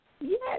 yes